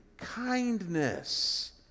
kindness